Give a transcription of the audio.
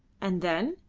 and then?